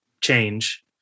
change